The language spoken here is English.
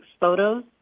photos